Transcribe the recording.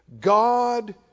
God